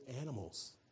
animals